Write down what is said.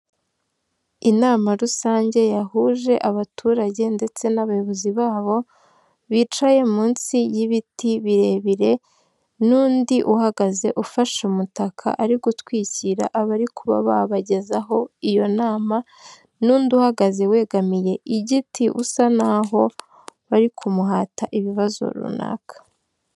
Inama rusange yahuje abaturage ndetse n'abayobozi babo bicaye munsi y'ibiti birebire n'undi uhagaze ufashe umutaka ari gutwikira abari kuba babagezaho iyo nama n'undi uhagaze wegamiye igiti usa naho bari kumuhata ibibazo runaka.